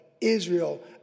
Israel